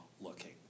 looking